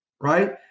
right